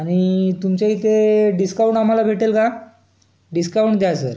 आणि तुमच्या इथे डिस्काऊंट आम्हाला भेटेल का डिस्काऊंट द्या सर